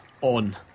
On